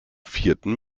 vierten